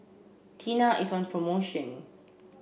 Tena is on promotion